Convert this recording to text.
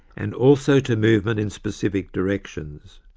and also to movement in specific directions.